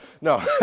No